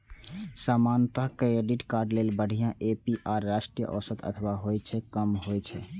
सामान्यतः credit card लेल बढ़िया ए.पी.आर राष्ट्रीय औसत अथवा ओइ सं कम होइ छै